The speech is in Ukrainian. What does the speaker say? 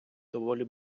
доволі